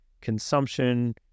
consumption